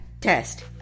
test